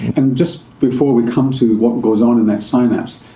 and just before we come to what goes on in that synapse,